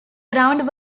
around